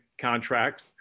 contract